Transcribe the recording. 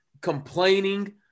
complaining